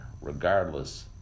regardless